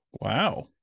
wow